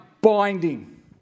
binding